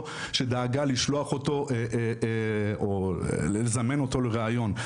שדאגה לשלוח אותו או לזמן אותו לראיון,